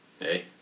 Hey